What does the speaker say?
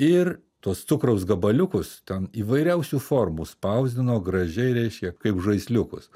ir tuos cukraus gabaliukus įvairiausių formų spausdino gražiai reiškia kaip žaisliukus